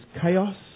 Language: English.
chaos